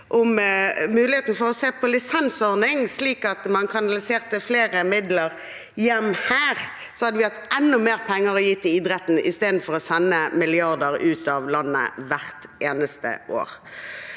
og muligheten for å se på lisensordning, slik at man kanaliserte flere midler hjem her, hadde vi hatt enda mer penger å gi til idretten, istedenfor å sende milliarder ut av landet hvert eneste år.